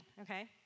Okay